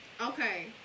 okay